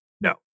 No